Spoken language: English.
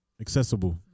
accessible